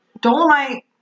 Dolomite